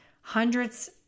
hundreds